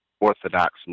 Orthodox